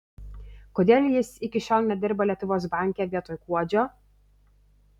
kodėl jis iki šiol nedirba lietuvos banke vietoj kuodžio